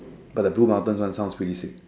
but the blue mountains one sounds really sick